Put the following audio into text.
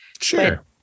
Sure